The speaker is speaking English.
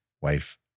wife